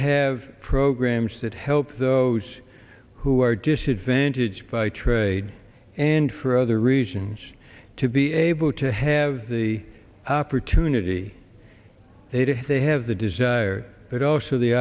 have programs that help those who are disadvantaged by trade and for other regions to be able to have the opportunity they have the desire but also the